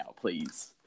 please